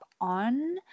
on